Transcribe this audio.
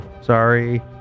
Sorry